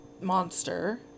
monster